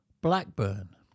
Blackburn